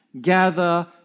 gather